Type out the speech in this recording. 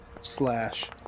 Slash